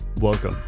welcome